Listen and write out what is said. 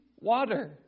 water